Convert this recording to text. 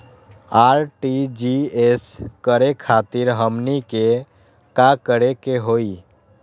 RTGS करे खातीर हमनी के का करे के हो ई?